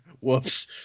Whoops